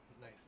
Nice